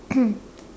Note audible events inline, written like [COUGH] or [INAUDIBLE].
[COUGHS]